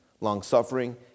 longsuffering